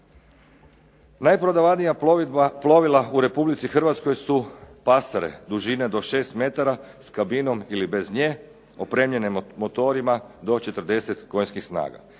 Najprodavanija plovila u Republici Hrvatske su pasre dužine do 6 metara s kabinom ili bez nje opremljene motorima do 40 konjskih snaga.